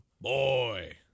Boy